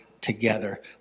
together